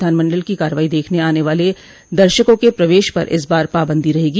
विधानमंडल की कार्रवाई देखने आने वाले दर्शकों के प्रवेश पर इस बार पाबंदी रहेगी